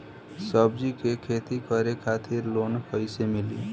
सब्जी के खेती करे खातिर लोन कइसे मिली?